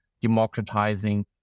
democratizing